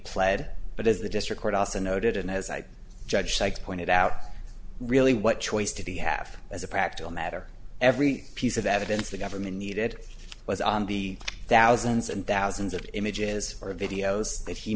pled but as the district court also noted and as i judge sykes pointed out really what choice did he have as a practical matter every piece of evidence the government needed was on the thousands and thousands of images or videos that he